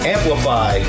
Amplify